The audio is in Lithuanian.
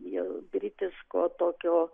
jau kritiško tokio